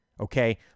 Okay